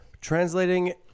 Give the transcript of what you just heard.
translating